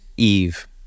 Eve